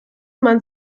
man